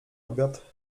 obiad